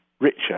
Richer